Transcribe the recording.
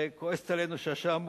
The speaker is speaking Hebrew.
שכועסת עלינו שהשעה מאוחרת,